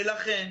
ולכן,